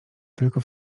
tylko